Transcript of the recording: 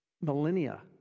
millennia